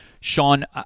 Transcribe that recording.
Sean